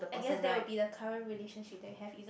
I guess that will be the current relationship that you have isn't